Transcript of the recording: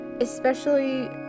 especially-